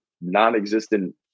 non-existent